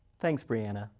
thanks brianna.